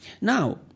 Now